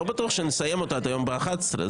לא בטוח שנסיים אותו היום ב-11:00.